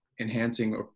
enhancing